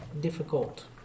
difficult